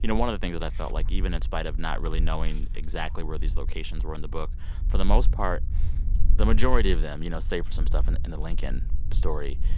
you know one of the things that i felt like, even in spite of not really knowing exactly where these locations were in the book for the most part the majority of them, you know, save for some stuff in the in the lincoln story,